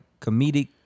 comedic